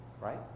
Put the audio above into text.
right